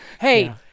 hey